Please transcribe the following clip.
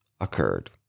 occurred